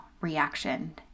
reaction